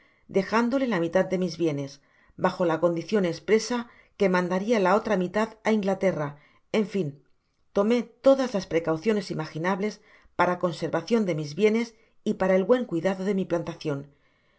dejándole la mitad de mis bienes bajo la condicion espresa que mandaria la otra mitad á inglaterra en fin tomé todas las precauciones imaginables para conservacion de mis bienes y para el buen cuidado de mi plantacion si